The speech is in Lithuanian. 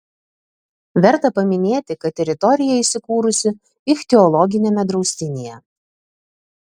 verta paminėti kad teritorija įsikūrusi ichtiologiniame draustinyje